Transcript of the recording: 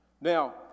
Now